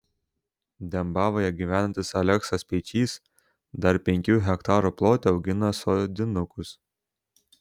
dembavoje gyvenantis aleksas speičys dar penkių hektarų plote augina sodinukus